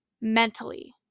mentally